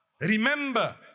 remember